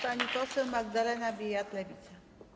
Pani poseł Magdalena Biejat, Lewica.